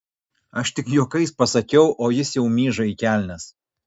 aš tik juokais pasakiau o jis jau myža į kelnes